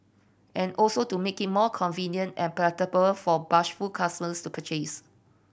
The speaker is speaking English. and also to make it more convenient and palatable for bashful customers to purchase